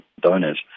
donors